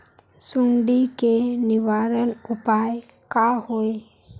सुंडी के निवारण उपाय का होए?